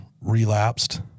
relapsed